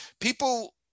People